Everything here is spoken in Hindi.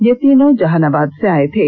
ये तीनों जहानाबाद से आये थे